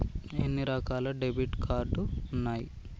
ఎన్ని రకాల debit card ఉన్నాయి?